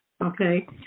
okay